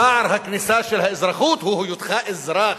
שער הכניסה של האזרחות הוא היותך אזרח.